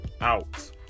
out